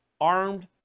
armed